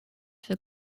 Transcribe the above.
for